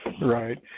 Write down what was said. Right